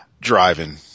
driving